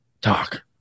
talk